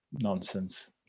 nonsense